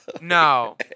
no